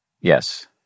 Yes